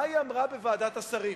מה היא אמרה בוועדת השרים?